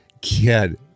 kid